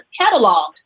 cataloged